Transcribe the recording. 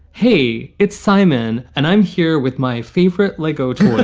hey, it's simon. and i'm here with my favorite lego toy.